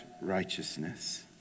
righteousness